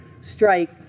strike